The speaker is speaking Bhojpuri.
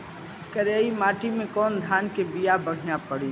करियाई माटी मे कवन धान के बिया बढ़ियां पड़ी?